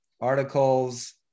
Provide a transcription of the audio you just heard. articles